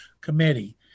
committee